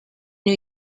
new